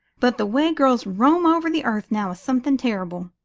but the way girls roam over the earth now is something terrible.